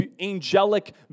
angelic